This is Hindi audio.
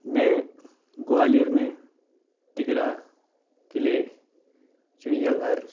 मैं ग्वालियर में तिगरा क़िले चिड़ियाघर